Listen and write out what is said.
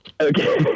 Okay